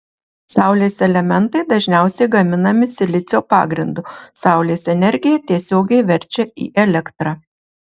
saulės elementai dažniausiai gaminami silicio pagrindu saulės energiją tiesiogiai verčia į elektrą